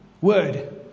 word